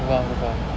aku faham aku faham